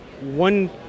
one